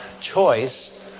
choice